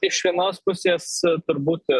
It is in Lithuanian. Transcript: iš vienos pusės turbūt